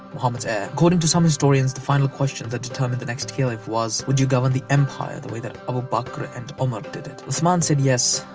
muhammad's heir. according to some historians the final question that determine the next caliph was, would you govern the empire the way that abu bakr and umar did it? uthman said yes.